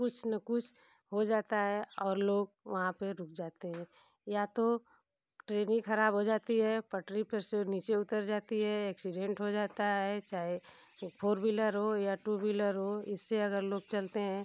कुछ न कुछ हो जाता है और लोग वहाँ पर रुक जाते हैं या तो ट्रेन ई ख़राब हो जाती है पटरी पर से नीचे उतर जाती है एक्सीडेंट हो जाता है चाहे फोर विलर हो या टू विलर हो इससे अगर लोग चलते हैं